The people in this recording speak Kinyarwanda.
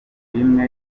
bimwe